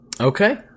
okay